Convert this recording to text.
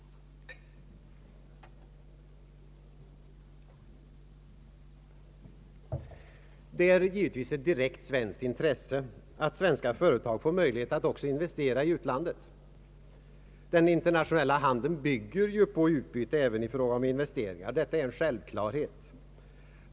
Det är givetvis ett direkt svenskt intresse att svenska företag får möjlighet att också investera i utlandet. Den internationella handeln bygger ju på ett utbyte även i fråga om investeringar; det är en självklarhet.